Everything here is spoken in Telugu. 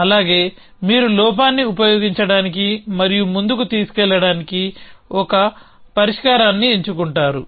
అలాగే మీరు లోపాన్ని ఉపయోగించడానికి మరియు ముందుకు తీసుకువెళ్లడానికి ఒక పరిష్కారాన్ని ఎంచుకుంటారు